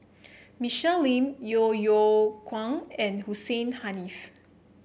Michelle Lim Yeo Yeow Kwang and Hussein Haniff